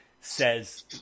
says